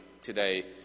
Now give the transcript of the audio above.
today